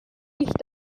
nicht